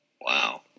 Wow